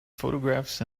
photographs